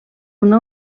una